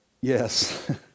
yes